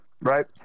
right